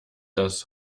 das